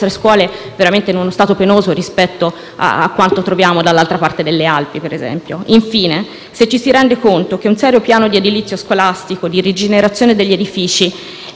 scuole veramente in uno stato penoso rispetto a quanto troviamo dall'altra parte delle Alpi, per esempio? Infine, ci si rende conto che un serio piano di edilizia scolastica, di rigenerazione degli edifici e